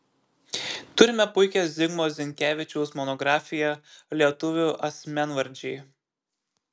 turime puikią zigmo zinkevičiaus monografiją lietuvių asmenvardžiai